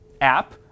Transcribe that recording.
app